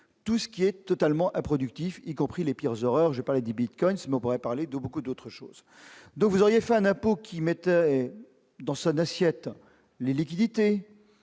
tout ce qui est totalement improductif, y compris les pires horreurs ! Je parlais des bitcoins, mais on pourrait parler de beaucoup d'autres choses. Si vous aviez créé un impôt incluant dans son assiette les liquidités,